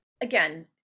again